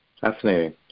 Fascinating